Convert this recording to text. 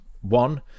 one